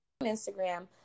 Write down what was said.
Instagram